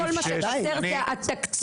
כל מה שחסר זה התקציב.